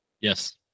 yes